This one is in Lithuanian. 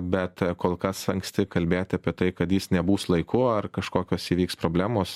bet kol kas anksti kalbėti apie tai kad jis nebus laiku ar kažkokios įvyks problemos